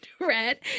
red